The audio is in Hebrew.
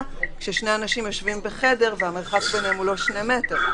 כששני אנשים יושבים בחדר והמרחק ביניהם הוא לא שני מטר.